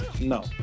no